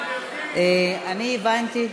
אני הבנתי,